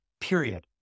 period